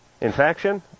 Infection